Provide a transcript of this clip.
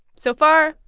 so far,